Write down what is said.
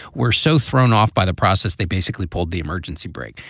were so thrown off by the process, they basically pulled the emergency brake.